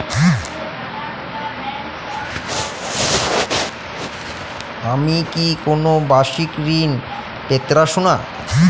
আমি কি কোন বাষিক ঋন পেতরাশুনা?